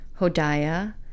Hodiah